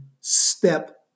step